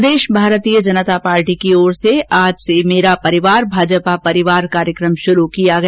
प्रदेश भारतीय जनता पार्टी की ओर से आज से मेरा परिवार भाजपा परिवार कार्यक्रम शुरू किया गया